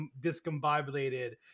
discombobulated